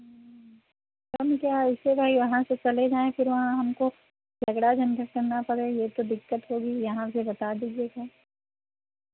कम क्या इससे भाई वहाँ से चले जाएँ फिर वहाँ हमको झगड़ा झंझट करना पड़े ये तो दिक्कत होगी यहाँ से बता दीजिएगा